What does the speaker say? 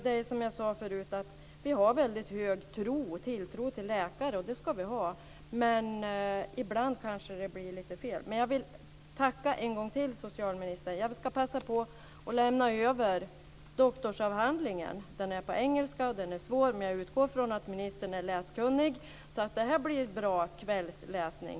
Det är som jag sade förut så att vi har en väldigt hög tilltro till läkare, och det ska vi ha. Men ibland kanske det blir lite fel. Jag vill tacka socialministern en gång till. Jag ska passa på att lämna över doktorsavhandlingen. Den är på engelska, och den är svår. Men jag utgår från att ministern är läskunnig. Det här blir bra kvällsläsning!